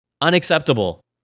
Unacceptable